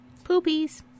Poopies